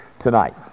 tonight